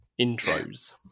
intros